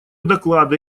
доклады